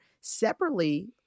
separately